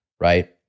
right